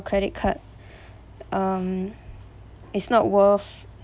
credit card um it's not worth